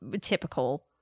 typical